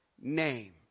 name